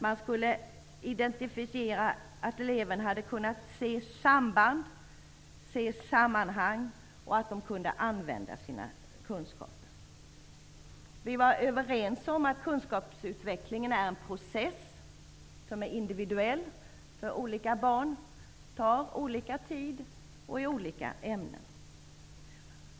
Man skulle också indentifiera att eleverna hade kunnat se samband och sammanhang och att de kunde använda sina kunskaper. Vi var överens om att kunskapsutvecklingen är en process som är individuell. Det tar olika tid för olika barn i olika ämnen.